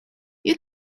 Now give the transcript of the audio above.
you